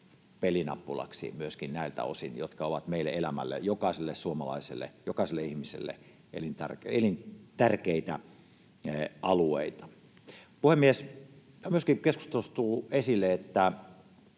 pelinappulaksi myöskin näiltä osin, jotka ovat meille jokaiselle suomalaiselle ja jokaiselle ihmiselle elintärkeitä alueita. Puhemies! Myöskin on keskustelussa tullut esille, että